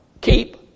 keep